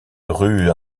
rues